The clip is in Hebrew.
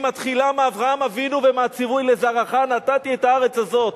היא מתחילה מאברהם אבינו ומהציווי "לזרעך נתתי את הארץ הזאת".